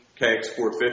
KX450